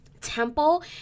temple